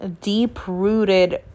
deep-rooted